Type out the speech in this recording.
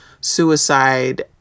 suicide